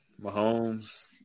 Mahomes